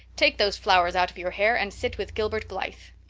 take those flowers out of your hair and sit with gilbert blythe.